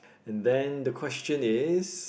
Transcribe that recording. then the question is